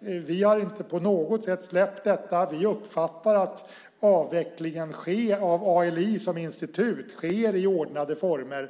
Vi har inte på något sätt släppt detta. Vi uppfattar att avvecklingen av ALI som institut sker i ordnade former.